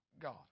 God